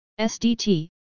SDT